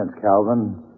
Calvin